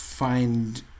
find